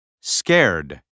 Scared